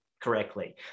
correctly